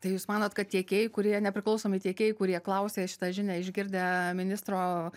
tai jūs manot kad tiekėjai kurie nepriklausomi tiekėjai kurie klausė šitą žinią išgirdę ministro